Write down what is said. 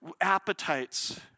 appetites